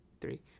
three